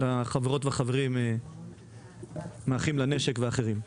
גם את החברות והחברים מ"אחים לנשק" ואחרים.